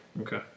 Okay